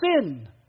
sin